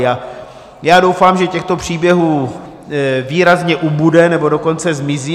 A já doufám, že těchto příběhů výrazně ubude, anebo dokonce zmizí.